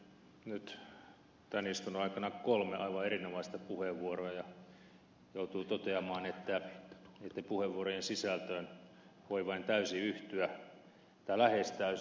hän on käyttänyt nyt tämän istunnon aikana kolme aivan erinomaista puheenvuoroa ja joutuu toteamaan että niitten puheenvuorojen sisältöön voi vain täysin yhtyä tai lähes täysin